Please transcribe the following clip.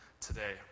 today